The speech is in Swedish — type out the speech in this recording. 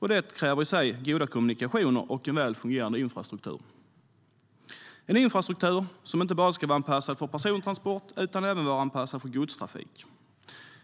Det kräver i sig goda kommunikationer och en väl fungerande infrastruktur som ska vara anpassad inte bara för persontransport utan även för godstrafik.